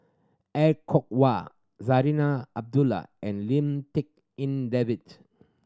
Er Kwong Wah Zarinah Abdullah and Lim Tik En David